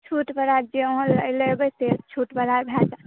छोट वाला जे अहाँ लेबै से वाला बोरा भय जाएत